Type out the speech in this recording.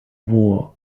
war